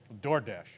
DoorDash